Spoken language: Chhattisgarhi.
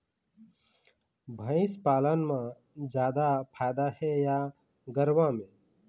भंइस पालन म जादा फायदा हे या गरवा में?